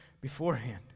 beforehand